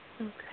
Okay